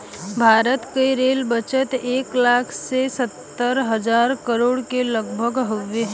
भारत क rail budget एक लाख सत्तर हज़ार करोड़ के लगभग हउवे